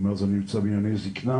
מאז אני נמצא בענייני זקנה,